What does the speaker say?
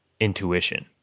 intuition